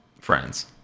friends